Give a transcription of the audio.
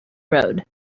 road